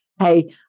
hey